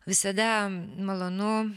visada malonu